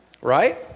Right